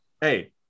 Hey